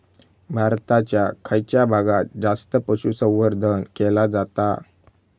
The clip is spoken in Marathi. भारताच्या खयच्या भागात जास्त पशुसंवर्धन केला जाता?